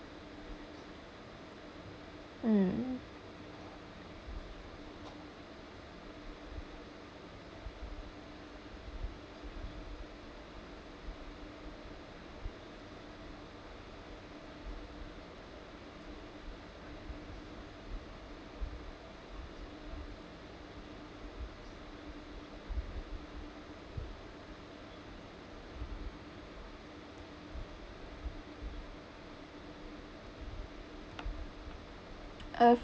mm uh